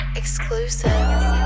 exclusive